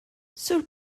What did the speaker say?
sur